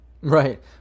Right